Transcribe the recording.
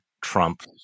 Trump